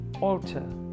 altar